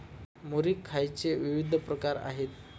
मुरी खायचे विविध प्रकार आहेत